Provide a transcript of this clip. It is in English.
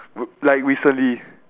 like recently